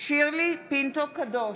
שירלי פינטו קדוש,